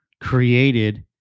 created